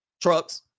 trucks